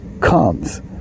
comes